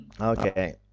Okay